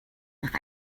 nach